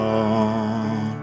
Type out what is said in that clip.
on